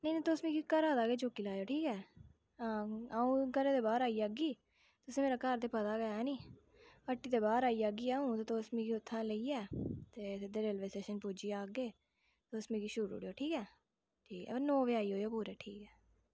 नेईं ते तुस मिगी घरै दा गै चुक्की लैएयो ठीक ऐ अ'ऊं घरै दे बाह्र आई जाह्गी ते साढ़ा घर ते पता गै ऐ नी हट्टी दे बाह्र आई जाह्गी अ'ऊं ते तुस मिगी उत्थुं दा लेइयै ते सिद्धे रेलवे स्टेशन पुज्जी जाह्गे तुस मिगी छुड़ु उड़ेओ ठीक ऐ नौ बजे आई जाएयो पूरे ठीक ऐ